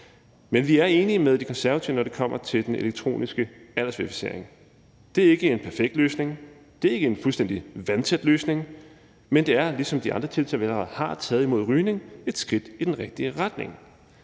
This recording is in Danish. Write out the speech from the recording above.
Men vi er enige med De Konservative, når det kommer til den elektroniske aldersverificering. Det er ikke en perfekt løsning, og det er ikke en fuldstændig vandtæt løsning, men det er – ligesom de andre tiltag, vi allerede har taget imod rygning – et skridt i den rigtige retning.